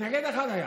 מתנגד אחד היה.